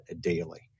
daily